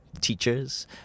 teachers